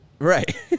Right